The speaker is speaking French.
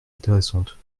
intéressantes